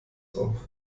auf